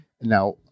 Now